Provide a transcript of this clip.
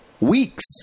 weeks